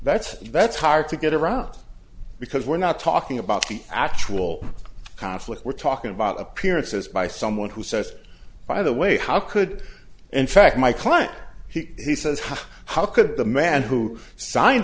that's you that's hard to get around because we're not talking about the actual conflict we're talking about appearances by someone who says by the way how could in fact my client he says how could the man who signed